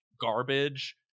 garbage